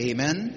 Amen